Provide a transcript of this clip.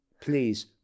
please